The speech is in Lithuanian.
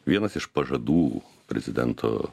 vienas iš pažadų prezidento